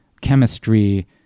chemistry